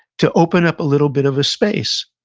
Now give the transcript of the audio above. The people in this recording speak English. to open up a little bit of a space.